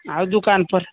आउ दुकान पर